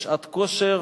יש שעת כושר